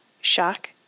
Shock